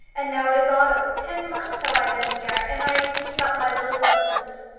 and now it is autumn. ten months have i been here, and i have eaten up my little substance.